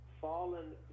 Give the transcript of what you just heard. fallen